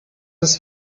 ist